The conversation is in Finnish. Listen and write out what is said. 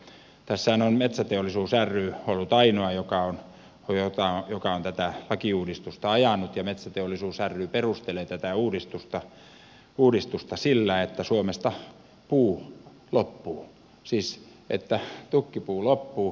tässähän on metsäteollisuus ry ollut ainoa joka on tätä lakiuudistusta ajanut ja metsäteollisuus ry perustelee tätä uudistusta sillä että suomesta puu loppuu siis että tukkipuu loppuu